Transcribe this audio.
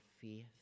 faith